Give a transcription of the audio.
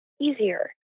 easier